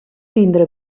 tindre